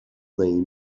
name